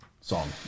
song